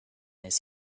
his